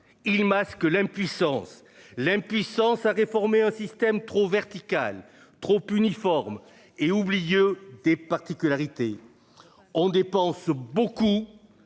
il masque l'impuissance l'impuissance à réformer un système trop vertical trop uniformes et oublieux des particularités. On dépense beaucoup.